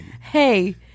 hey